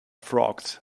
frogs